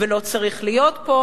ולא צריך להיות פה.